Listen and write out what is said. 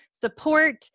support